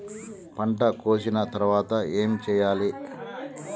పంట కోసిన తర్వాత ఏం చెయ్యాలి?